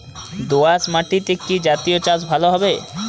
দোয়াশ মাটিতে কি জাতীয় চাষ ভালো হবে?